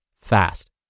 fast